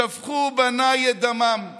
שפכו בניי את דמם /